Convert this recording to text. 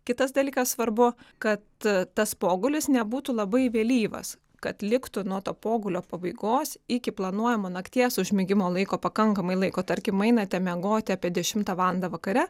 kitas dalykas svarbu kad tas pogulis nebūtų labai vėlyvas kad liktų nuo to pogulio pabaigos iki planuojamo nakties užmigimo laiko pakankamai laiko tarkim einate miegoti apie dešimtą valandą vakare